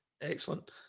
Excellent